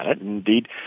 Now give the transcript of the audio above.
Indeed